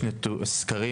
יש סקרים,